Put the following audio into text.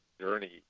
journey